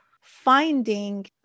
finding